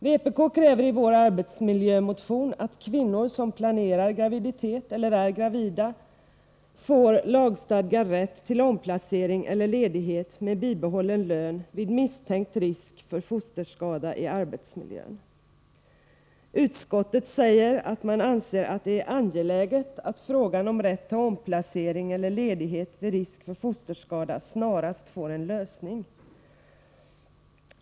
Vpk kräver i sin arbetsmiljömotion att kvinnor som planerar graviditet eller är gravida får lagstadgad rätt till omplacering eller ledighet med bibehållen lön vid misstänkt risk för fosterskada i arbetsmiljön. Utskottet säger att man anser att det är angeläget att frågan om rätt till omplacering eller ledighet vid risk för fosterskada snarast får en lösning.